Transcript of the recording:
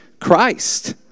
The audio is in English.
Christ